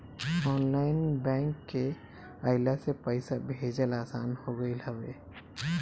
online bank के अइला से पईसा भेजल आसान हो गईल हवे